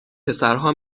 پسرها